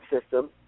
system